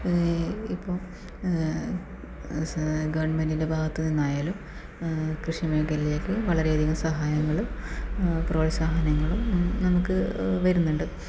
ഇപ്പം ഗവൺമെന്റിൻ്റെ ഭാഗത്തു നിന്നായാലും കൃഷി മേഖലയിലേക്ക് വളരെ അധികം സഹായങ്ങളും പ്രോത്സാഹനങ്ങളും നമുക്ക് വരുന്നുണ്ട്